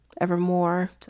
Evermore